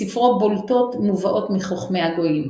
בספרו בולטות מובאות מחכמי הגויים.